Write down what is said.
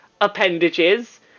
appendages